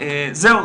זהו,